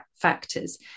factors